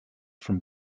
from